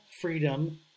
freedom